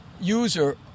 user